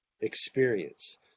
experience